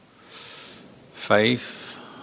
faith